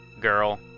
girl